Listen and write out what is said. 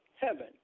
heaven